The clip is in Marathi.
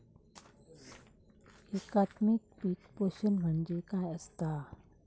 एकात्मिक पीक पोषण म्हणजे काय असतां?